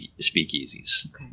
speakeasies